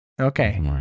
okay